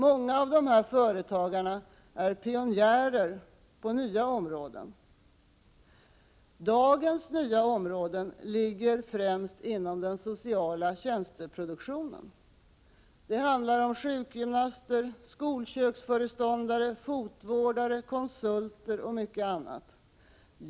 Många av företagarna är pionjärer på nya områden. Dagens nya områden ligger främst inom den sociala tjänsteproduktionen. Det handlar om sjukgymnaster, skolköksföreståndare, fotvårdare, konsulter och mycket annat.